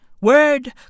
Word